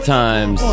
times